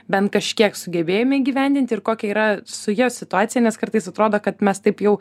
bent kažkiek sugebėjome įgyvendinti ir kokia yra su juo situacija nes kartais atrodo kad mes taip jau